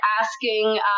asking